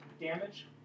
damage